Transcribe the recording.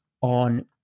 on